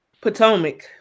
Potomac